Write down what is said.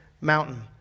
mountain